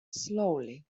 slowly